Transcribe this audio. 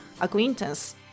acquaintance